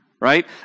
right